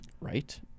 right